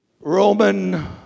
Roman